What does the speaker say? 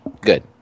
Good